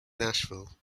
nashville